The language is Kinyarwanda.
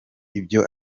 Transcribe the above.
ibyo